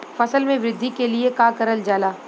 फसल मे वृद्धि के लिए का करल जाला?